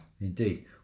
Indeed